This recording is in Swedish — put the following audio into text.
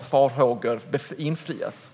farhågor besannas?